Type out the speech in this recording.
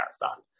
marathon